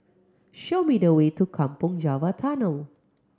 show me the way to Kampong Java Tunnel